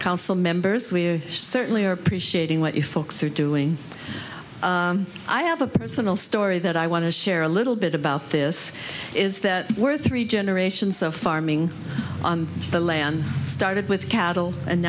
council members we certainly are appreciating what you folks are doing i have a personal story that i want to share a little bit about this is that we're three generations of farming on the land started with cattle and